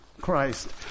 Christ